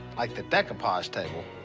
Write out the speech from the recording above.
like the decoupage table.